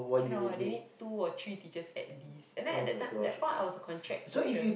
cannot they need two or three teachers at least and at they time at the point I was a contract teacher